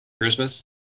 Christmas